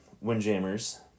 windjammers